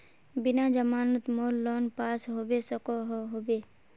बिना जमानत मोर लोन पास होबे सकोहो होबे?